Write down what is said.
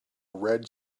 red